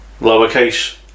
lowercase